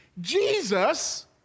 Jesus